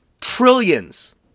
trillions